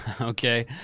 Okay